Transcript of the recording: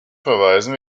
verweisen